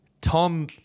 Tom